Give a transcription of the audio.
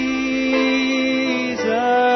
Jesus